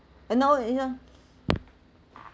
and no this one